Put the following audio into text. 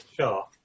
Sure